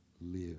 live